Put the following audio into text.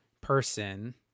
person